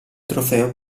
trofeo